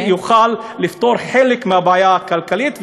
שיוכלו לפתור חלק מהבעיה הכלכלית,